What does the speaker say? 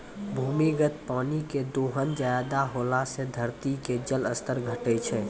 भूमिगत पानी के दोहन ज्यादा होला से धरती के जल स्तर घटै छै